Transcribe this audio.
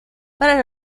para